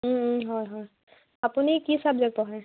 হয় হয় আপুনি কি চাবজেক্ট পঢ়ায়